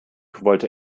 wollte